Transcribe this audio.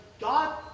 God